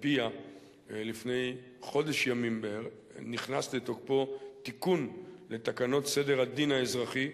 ועל-פיה לפני חודש ימים לערך נכנס לתוקפו תיקון לתקנות סדר הדין האזרחי,